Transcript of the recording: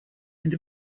and